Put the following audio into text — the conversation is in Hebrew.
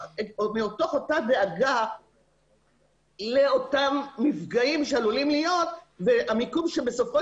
אותה דאגה לאותם מפגעים שעלולים להיות והמיקום שבסופו